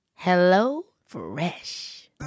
HelloFresh